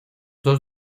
dos